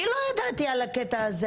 אני לא ידעתי על הקטע הזה